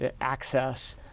access